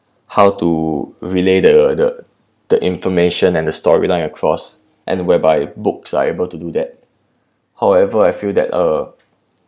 how to relay the the the information and the storyline across and whereby books are able to do that however I feel that uh